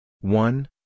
one